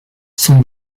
son